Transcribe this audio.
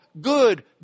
good